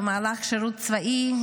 במהלך השירות הצבאי,